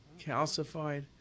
calcified